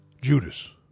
Judas